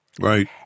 Right